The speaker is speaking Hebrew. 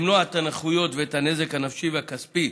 למנוע את הנכויות ואת הנזק הנפשי והכספי